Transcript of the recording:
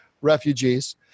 refugees